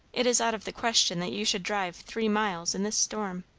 it is out of the question that you should drive three miles in this storm.